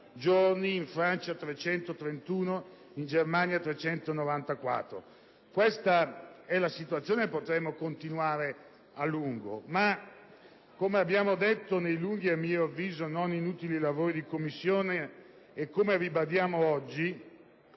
giorni, in Francia 331, in Germania 394. Questa è la situazione, e potremmo continuare a lungo. Ma come abbiamo detto nei lunghi e - a mio avviso - non inutili lavori in Commissione e come ribadiamo oggi,